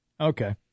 Okay